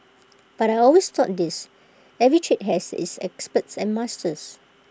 but I always thought this every trade has its experts and masters